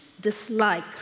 dislike